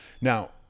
Now